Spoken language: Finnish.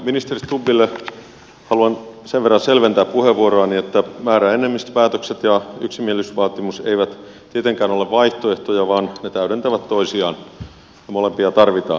ministeri stubbille haluan sen verran selventää puheenvuoroani että määräenemmistöpäätökset ja yksimielisyysvaatimus eivät tietenkään ole vaihtoehtoja vaan ne täydentävät toisiaan ja molempia tarvitaan